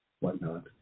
whatnot